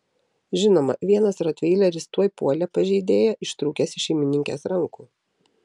žinoma vienas rotveileris tuoj puolė pažeidėją ištrūkęs iš šeimininkės rankų